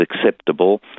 acceptable